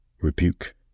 Rebuke